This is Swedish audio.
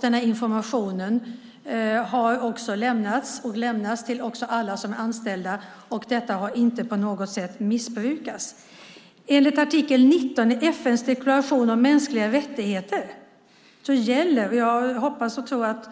Den informationen har också lämnats och lämnas till alla som är anställda, och det har inte på något vis missbrukats. Enligt artikel 19 i FN:s deklaration om mänskliga rättigheter gäller - och jag hoppas och tror att